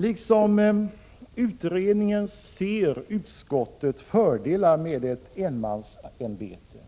Liksom utredningen ser utskottet fördelar med ett enmansämbete.